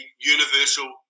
universal